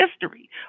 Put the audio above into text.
history